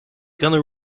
gonna